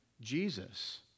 Jesus